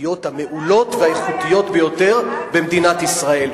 הקרביות המעולות והאיכותיות ביותר במדינת ישראל.